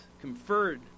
conferred